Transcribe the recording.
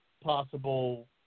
possible